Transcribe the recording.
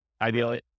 Ideally